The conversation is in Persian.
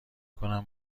کنم